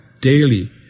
daily